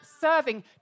serving